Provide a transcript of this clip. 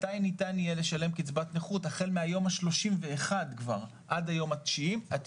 מתי ניתן יהיה לשלם קצבת נכות כבר החל מהיום ה-31 עד היום התשעים,